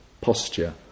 posture